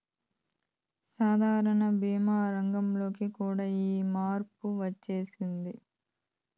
సాధారణ భీమా రంగంలోకి కూడా ఈ యాపు వచ్చేసింది